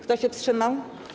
Kto się wstrzymał?